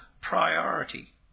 priority